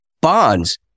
bonds